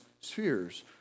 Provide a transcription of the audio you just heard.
spheres